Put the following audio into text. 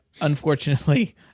unfortunately